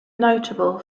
notable